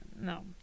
No